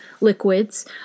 liquids